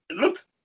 look